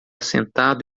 sentado